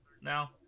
now